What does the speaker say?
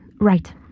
Right